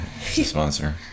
sponsor